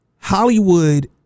hollywood